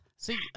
See